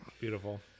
Beautiful